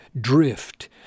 drift